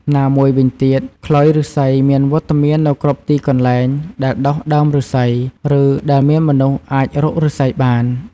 ណាមួយវិញទៀត ខ្លុយឫស្សីមានវត្តមាននៅគ្រប់ទីកន្លែងដែលដុះដើមឫស្សី ឬដែលមនុស្សអាចរកឫស្សីបាន។